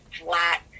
flat